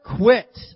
Quit